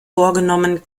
vorgenommen